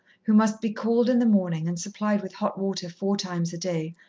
who must be called in the morning and supplied with hot water four times a day,